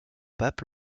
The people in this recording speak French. pape